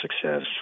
success